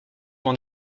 mon